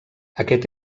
aquest